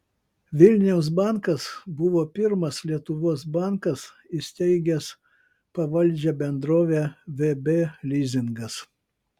vilniaus bankas buvo pirmas lietuvos bankas įsteigęs pavaldžią bendrovę vb lizingas